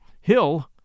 Hill